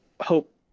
hope